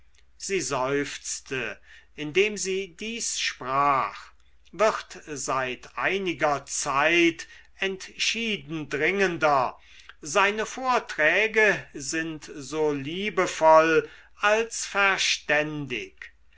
sie seufzte indem sie dies sprach wird seit einiger zeit entschieden dringender seine vorträge sind so liebevoll als verständig